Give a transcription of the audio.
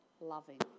loving